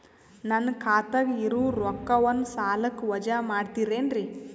ನನ್ನ ಖಾತಗ ಇರುವ ರೊಕ್ಕವನ್ನು ಸಾಲಕ್ಕ ವಜಾ ಮಾಡ್ತಿರೆನ್ರಿ?